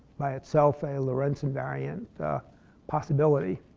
by itself, a lorentz invariant possibility.